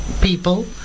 people